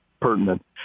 pertinent